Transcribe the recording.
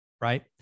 right